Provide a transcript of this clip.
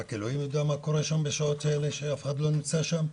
רק אלוהים יודע מה קורה שם בשעות האלה שאף אחד לא נמצא שם,